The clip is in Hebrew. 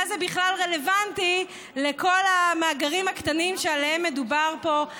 מה זה בכלל רלוונטי לכל המאגרים הקטנים שעליהם מדובר פה?